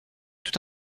tout